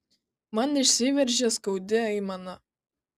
man išsiveržia skaudi aimana